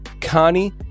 Connie